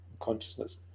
consciousness